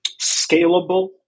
scalable